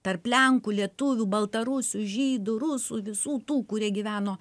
tarp lenkų lietuvių baltarusių žydų rusų visų tų kurie gyveno